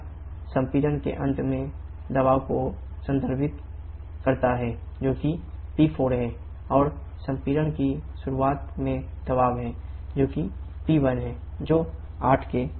यह संपीड़न के अंत में दबाव को संदर्भित करता है जो कि P4 है और संपीड़न की शुरुआत में दबाव है जो कि P1 है जो 8 के बराबर है